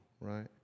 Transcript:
right